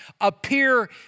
appear